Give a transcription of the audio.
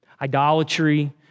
Idolatry